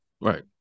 Right